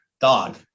Dog